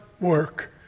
work